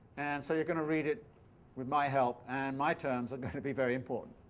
and so you going to read it with my help and my terms are going to be very important.